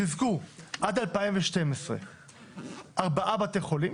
חיזקו עד 2012 ארבעה בתי חולים